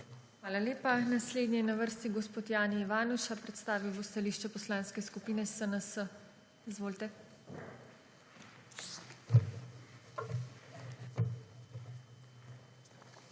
Hvala lepa. Naslednji je na vrsti gospod Jani Ivanuša, predstavil bo stališče Poslanske skupine SNS. Izvolite. JANI